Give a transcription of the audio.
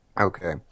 okay